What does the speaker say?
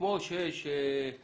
בית ספר